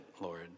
Lord